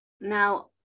Now